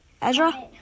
Ezra